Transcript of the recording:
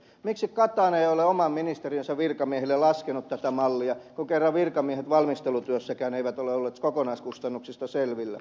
miksi katainen ei ole oman ministeriönsä virkamiehille laskenut tätä mallia kun kerran virkamiehet valmistelutyössäkään eivät ole olleet kokonaiskustannuksista selvillä